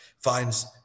finds